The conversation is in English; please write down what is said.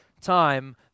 time